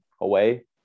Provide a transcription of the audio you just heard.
away